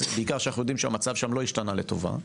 בעיקר שאנו יודעים שהמצב שם לא השתנה לטובה,